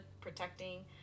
protecting